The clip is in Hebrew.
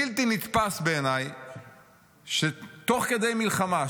בלתי נתפס בעיניי שתוך כדי מלחמה,